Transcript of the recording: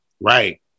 Right